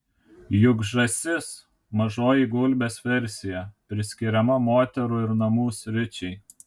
juk žąsis mažoji gulbės versija priskiriama moterų ir namų sričiai